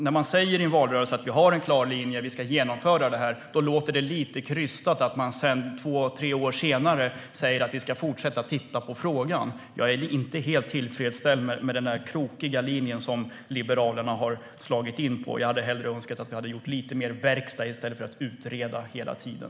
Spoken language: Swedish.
När man säger i en valrörelse att man har en klar linje och att man ska genomföra den låter det lite krystat när man sedan, två tre år senare, säger att vi ska fortsätta att titta på frågan. Jag är inte helt tillfreds med den krokiga linje som Liberalerna har slagit in på. Jag hade hellre önskat att vi hade gjort lite mer verkstad i stället för att utreda hela tiden.